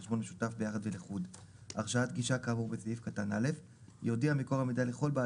בחשבון משותף ביחד ולחוד הרשאת גישה שייתן כל אחד